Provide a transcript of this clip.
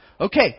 Okay